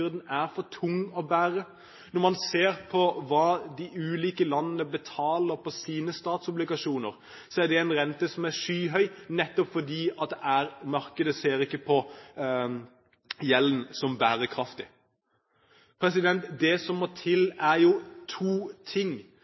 er for tung å bære. Når man ser hva de ulike landene betaler på sine statsobligasjoner, er det en skyhøy rente, nettopp fordi markedet ikke ser på gjelden som bærekraftig. Det som må til, er to ting.